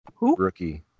rookie